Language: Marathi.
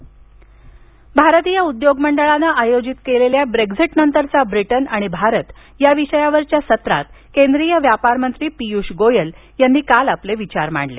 गोयल ब्रेक्झिट भारतीय उद्योग मंडळानं आयोजित केलेल्या ब्रेक्झिटनंतरचा ब्रिटन आणि भारत या विषयावरील सत्रात केंद्रीय व्यापार मंत्री पीयुष गोयल यांनी काल आपले विचार मांडले